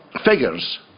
figures